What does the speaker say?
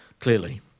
Clearly